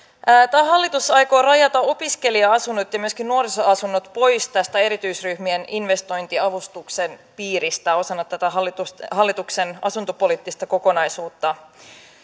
tämä hallitus aikoo rajata opiskelija asunnot ja ja myöskin nuorisoasunnot pois erityisryhmien investointiavustuksen piiristä osana tätä hallituksen asuntopoliittista kokonaisuutta